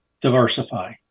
diversify